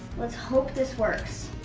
let's hope this works.